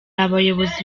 abayobozi